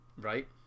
Right